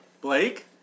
Blake